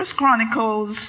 Chronicles